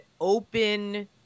open